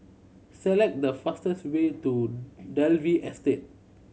select the fastest way to Dalvey Estate